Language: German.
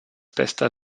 bester